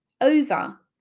over